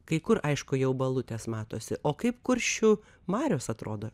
kai kur aišku jau balutės matosi o kaip kuršių marios atrodo